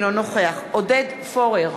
אינו נוכח עודד פורר,